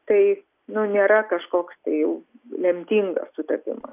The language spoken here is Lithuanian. tai nu nėra kažkoks tai jau lemtingas sutapima